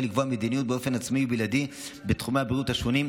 לקבוע מדיניות באופן עצמאי ובלעדי בתחומי הבריאות השונים,